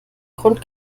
grund